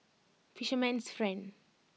fisherman's friend